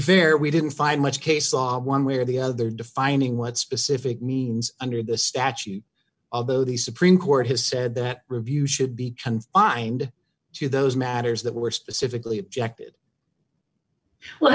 fair we didn't find much case law one way or the other defining what specific means under the statute of though the supreme court has said that review should be confined to those matters that were specifically